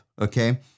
Okay